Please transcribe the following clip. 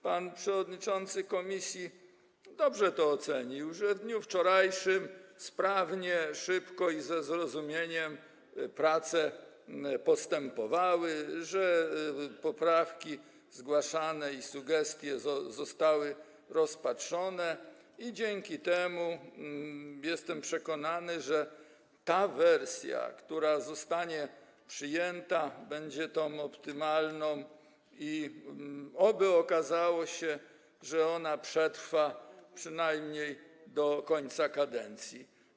Pan przewodniczący komisji dobrze to ocenił, że w dniu wczorajszym sprawnie, szybko i ze zrozumieniem postępowały prace, że zgłaszane poprawki i sugestie zostały rozpatrzone i dzięki temu - jestem o tym przekonany - ta wersja, która zostanie przyjęta, będzie tą optymalną i oby okazało się, że ona przetrwa przynajmniej do końca kadencji.